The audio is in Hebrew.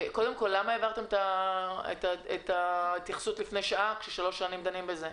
למה העברתם את ההתייחסות לפני שעה כששלוש שנים דנים בכך?